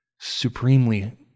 supremely